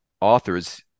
authors